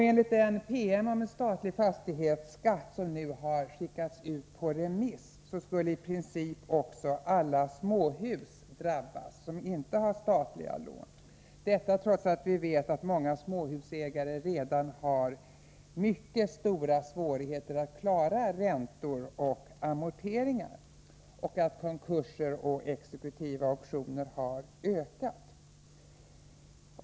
Enligt den PM om statlig fastighetsskatt som nu har skickats ut på remiss skulle också i princip alla småhus som inte har statliga lån drabbas, detta trots att vi vet att många småhusägare redan har mycket stora svårigheter att klara räntor och amorteringar och att konkurser och exekutiva auktioner har ökat.